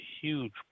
huge